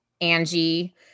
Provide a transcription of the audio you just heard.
Angie